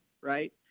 right